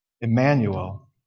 Emmanuel